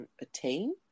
attain